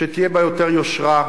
שתהיה בה יותר יושרה,